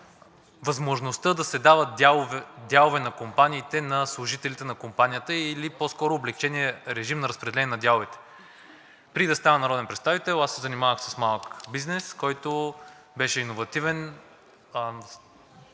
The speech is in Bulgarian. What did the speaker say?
възможността да се дават дялове на компаниите на служителите на компанията или по-скоро облекченият режим на разпределение на дяловете. Преди да стана народен представител, аз се занимавах с малък бизнес, който беше иновативен,